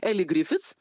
eli grific